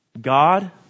God